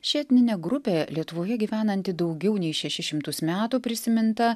ši etninė grupė lietuvoje gyvenanti daugiau nei šešis šimtus metų prisiminta